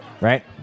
Right